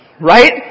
Right